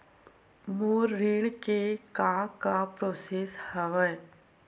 मोर ऋण के का का प्रोसेस हवय?